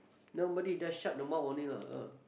nobody just shut the mouth only lah ah